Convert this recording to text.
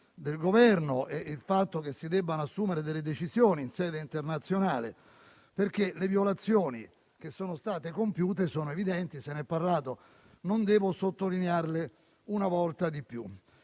del Governo e il fatto che si debbano assumere delle decisioni in sede internazionale; questo perché le violazioni che sono state compiute sono evidenti. Se ne è discusso e non devo sottolinearle una volta di più.